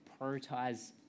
prioritize